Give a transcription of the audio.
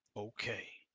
okay.